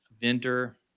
vendor